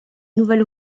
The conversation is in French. nouvelle